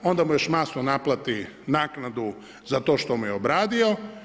Onda mu još masno naplati naknadu za to što mu je obradio.